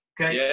okay